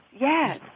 Yes